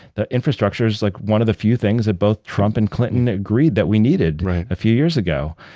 the infrastructure's like one of the few things that both trump and clinton agreed that we needed a few years ago.